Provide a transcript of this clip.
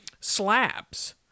slabs